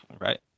right